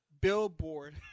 Billboard